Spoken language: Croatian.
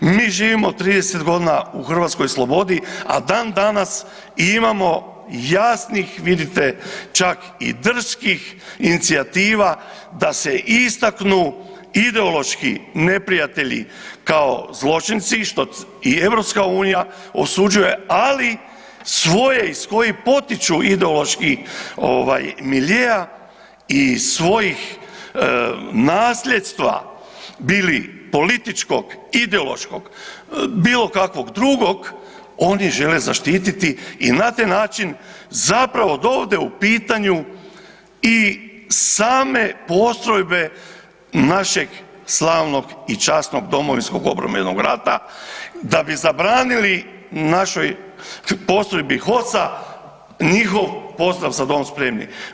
Mi živimo 30 godina u hrvatskoj slobodi, a dan danas imamo jasnih, vidite, čak i drskih inicijativa, da se istaknu ideološki neprijatelji kao zločinci, što i EU osuđuje, ali svoje iz kojeg potiču, ideološki, ovaj, miljea i svojih nasljedstva bili političkog, ideološkog, bilo kakvog drugog, oni žele zaštititi i na taj način zapravo dovode u pitanju i same postrojbe našeg slavnog i časnog Domovinskog obrambenog rata, da bi zabranili našoj postrojbi HOS-a njihov pozdrav „Za dom spremni“